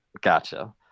Gotcha